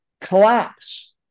collapse